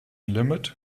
limit